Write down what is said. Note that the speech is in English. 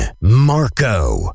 Marco